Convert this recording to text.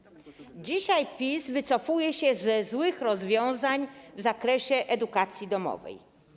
Dzisiaj PiS wycofuje się ze złych rozwiązań w zakresie edukacji domowej.